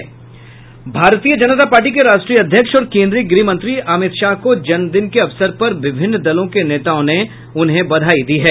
भारतीय जनता पार्टी के राष्ट्रीय अध्यक्ष और केंद्रीय गृहमंत्री अमित शाह को जन्मदिन के अवसर पर विभिन्न दलों के नेताओं ने उन्हे बधाई दी है